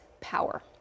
Power